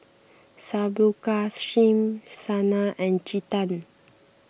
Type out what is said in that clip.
Subbulakshmi Sanal and Chetan